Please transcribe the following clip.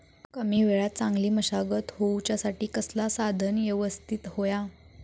कमी वेळात चांगली मशागत होऊच्यासाठी कसला साधन यवस्तित होया?